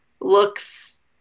looks